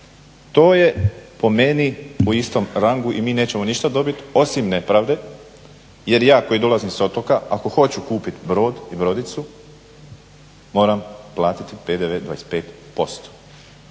To je po meni u istom rangu i mi nećemo ništa dobiti osim nepravde jer ja koji dolazim s otoka ako hoću kupiti brod i brodicu moram platiti PDV 25%.